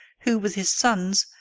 who, with his sons,